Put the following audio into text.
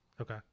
Okay